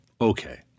Okay